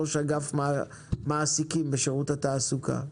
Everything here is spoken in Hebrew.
ראש אגף מעסיקים בשירות התעסוקה,